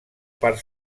part